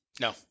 No